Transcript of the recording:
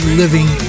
living